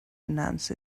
announce